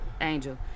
Angel